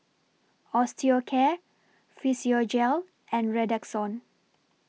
Osteocare Physiogel and Redoxon